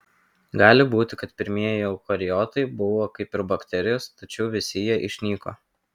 gali būti kad pirmieji eukariotai buvo kaip ir bakterijos tačiau visi jie išnyko